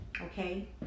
Okay